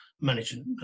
management